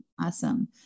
Awesome